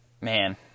man